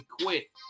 quit